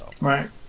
Right